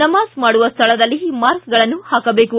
ನಮಾಜ್ ಮಾಡುವ ಸ್ಥಳದಲ್ಲಿ ಮಾರ್ಕ್ಗಳನ್ನು ಹಾಕಬೇಕು